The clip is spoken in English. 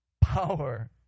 Power